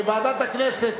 וועדת הכנסת,